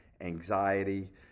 anxiety